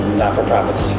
not-for-profits